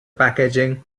packaging